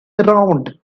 around